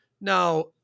Now